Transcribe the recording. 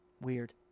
Weird